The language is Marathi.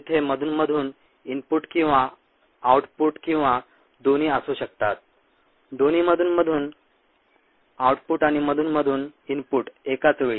जिथे मधूनमधून इनपुट किंवा आउटपुट किंवा दोन्ही असू शकतात दोन्ही मधूनमधून आउटपुट आणि मधूनमधून इनपुट एकाच वेळी